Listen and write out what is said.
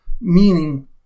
meaning